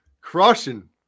crushing